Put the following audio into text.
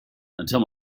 until